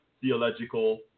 theological